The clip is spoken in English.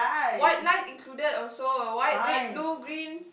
white lie included also white red blue green